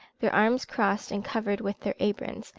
their arms crossed and covered with their aprons,